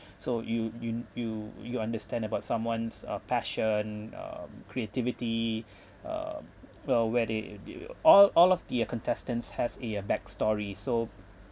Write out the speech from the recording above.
so you you you you understand about someone's uh passion um creativity um well where they they will all all of the uh contestants has a a back story so